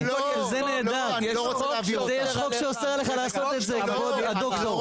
זה נהדר, יש חוק שאוסר עלייך לעשות את זה דוקטור.